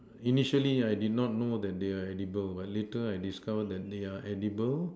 initially I did not know that they are edible but later I discovered that they are edible